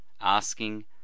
asking